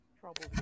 trouble